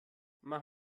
mach